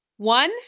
One